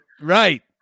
right